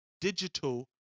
digital